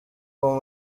uwo